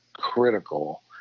critical